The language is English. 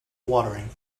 watering